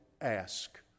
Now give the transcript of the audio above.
ask